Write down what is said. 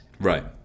Right